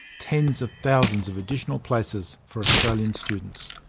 tens of thousands of additional places for australian students.